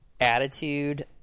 attitude